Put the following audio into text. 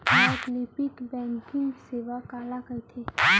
वैकल्पिक बैंकिंग सेवा काला कहिथे?